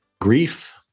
grief